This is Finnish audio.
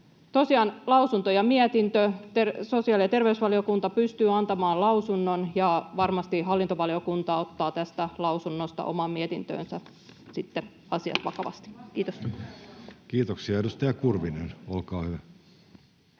lausunto ja mietintö: sosiaali- ja terveysvaliokunta pystyy antamaan lausunnon, ja varmasti hallintovaliokunta ottaa tästä lausunnosta omaan mietintöönsä asiat vakavasti. — Kiitos. [Speech 34] Speaker: Jussi Halla-aho